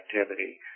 activity